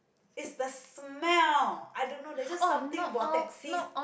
is the smell I don't know there's just something about taxis